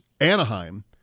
Anaheim